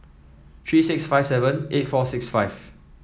three six five seven eight four six five